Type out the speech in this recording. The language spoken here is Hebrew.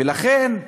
ולכן,